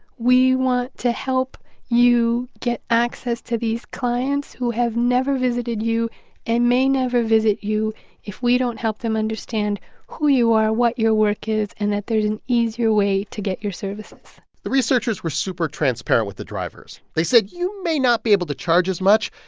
we want to help you get access to these clients who have never visited you and may never visit you if we don't help them understand who you are, what your work is and that there's an easier way to get your services the researchers were super transparent with the drivers. they said, you may not be able to charge as much,